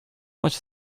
much